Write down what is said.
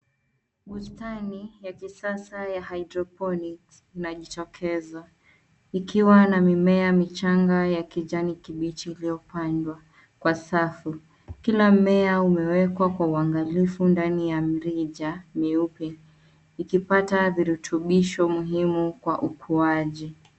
Bustani ya kisasa ya (cs)hydrophonic(cs) inajitokeza. Ikiwa na mimea michanga ya kijani kibichi iliyopandwa kwa safu. Kila mmea umewekwa kwa uangalifu ndani ya mrija myeupe , ikipata virutubisho muhimu kwa ukuaji.